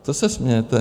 Co se smějete?